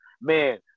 man